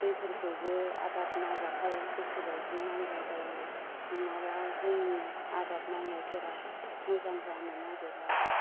दैफोरखौबो आबाद मावब्लाथाय गोसोबायदि नांगौ जायो नङाब्ला जोंनि आबाद मावनायफोरा मोजां जानो नागिरा आरो